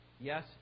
yes